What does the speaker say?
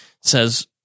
says